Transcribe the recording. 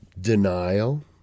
denial